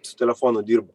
su telefonu dirba